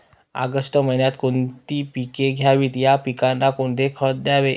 August महिन्यात कोणती पिके घ्यावीत? या पिकांना कोणते खत द्यावे?